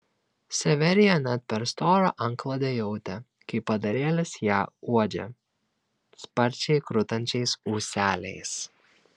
severija net per storą antklodę jautė kaip padarėlis ją uodžia sparčiai krutančiais ūseliais